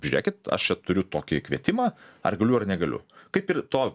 žiūrėkit aš čia turiu tokį kvietimą ar galiu ar negaliu kaip ir to